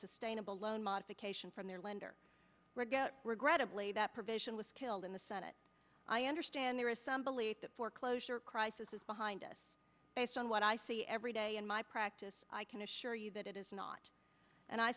sustainable loan modification from their lender regrettably that provision was killed in the senate i understand there is some belief that foreclosure crisis is behind us based on what i see everyday in my practice i can assure you that it is not and i